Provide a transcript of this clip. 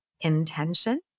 intention